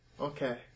okay